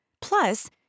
Plus